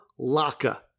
Laka